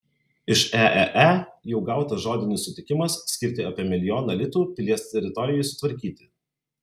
iš eee jau gautas žodinis sutikimas skirti apie milijoną litų pilies teritorijai sutvarkyti